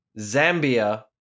Zambia